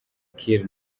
kiir